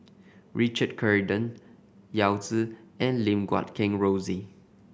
Richard Corridon Yao Zi and Lim Guat Kheng Rosie